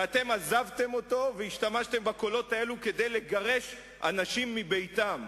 ואתם עזבתם אותו והשתמשתם בקולות האלה כדי לגרש אנשים מביתם.